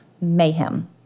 mayhem